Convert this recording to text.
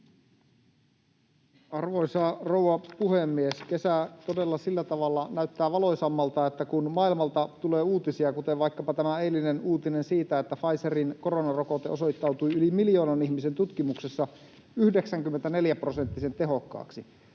Arvoisa rouva puhemies! Kesä todella sillä tavalla näyttää valoisammalta, kun maailmalta tulee uutisia, kuten vaikkapa tämä eilinen uutinen siitä, että Pfizerin koronarokote osoittautui yli miljoonan ihmisen tutkimuksessa 94-prosenttisen tehokkaaksi.